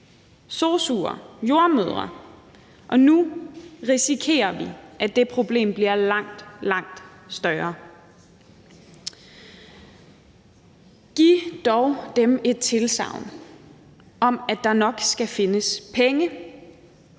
sosu'er, jordemødre, og nu risikerer vi, at det problem bliver langt, langt større. Giv dem dog et tilsagn om, at der nok skal findes penge.